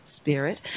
Spirit